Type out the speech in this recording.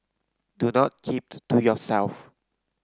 do not keep to yourself